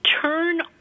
turn